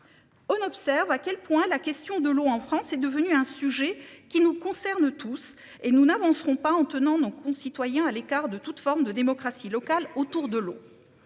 On observe à quel point la question de l'eau en France est devenu un sujet qui nous concerne tous et nous n'avancerons pas en tenant nos concitoyens à l'écart de toute forme de démocratie locale autour de l'eau.